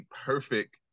perfect